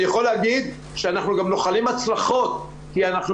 אני יכול להגיד שאנחנו גם נוחלים הצלחות כי אנחנו